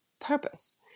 purpose